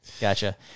Gotcha